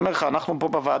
אני אומר לך: אנחנו פה בוועדה,